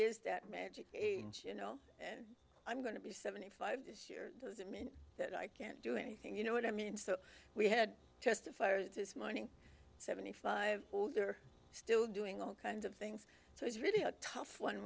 is that magic age you know i'm going to be seventy five this year does that mean that i can't do anything you know what i mean so we had just a fire this morning seventy five they're still doing all kinds of things so it's really a tough one